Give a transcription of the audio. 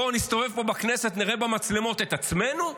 נסתובב פה בכנסת ונראה במצלמות את עצמנו?